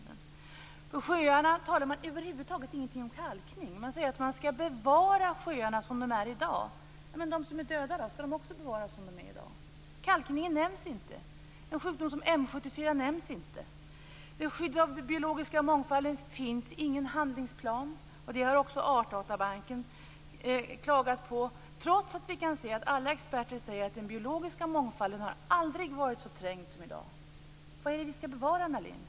När det gäller sjöarna talar man över huvud taget ingenting om kalkning. Man säger att sjöarna skall bevaras som de är i dag. Men de som är döda då, skall de också bevaras som de är i dag? Kalkningen nämns inte. En sjukdom som M 74 nämns inte. För skyddet av den biologiska mångfalden finns ingen handlingsplanen - vilket också Artdatabanken har klagat på - trots att alla experter säger att den biologiska mångfalden aldrig har varit så trängd som i dag. Vad är det som vi skall bevara, Anna Lindh?